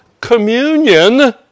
communion